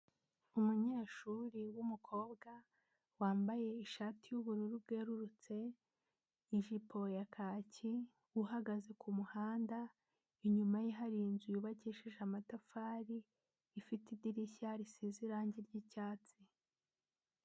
Umunyeshuri w'umukobwa wambaye ishati y'ubururu bwerurutse, ijipo ya kacyi, uhagaze ku muhanda, inyuma ye hari inzu yubakishije amatafari, ifite idirishya risize irangi ry'icyatsi.